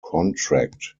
contract